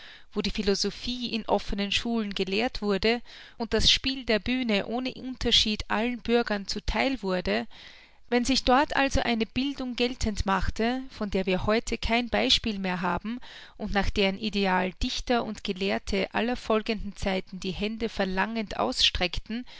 wo die philosophie in offenen schulen gelehrt wurde und das spiel der bühne ohne unterschied allen bürgern zu theil wurde wenn sich dort also eine bildung geltend machte von der wir heute kein beispiel mehr haben und nach deren ideal dichter und gelehrte aller folgenden zeiten die hände verlangend ausstreckten